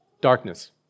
darkness